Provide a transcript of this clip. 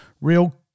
real